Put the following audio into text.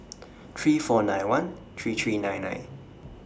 three four nine one three three nine nine